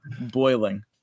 boiling